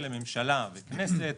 ממשלה וכנסת,